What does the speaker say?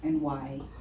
and why